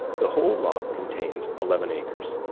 the whole lot contains eleven acres,